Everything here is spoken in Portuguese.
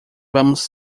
vamos